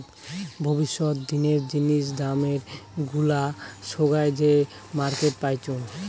ভবিষ্যত দিনের জিনিস দামের গুলা সোগায় যে মার্কেটে পাইচুঙ